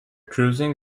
cruising